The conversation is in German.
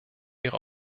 ihre